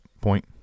point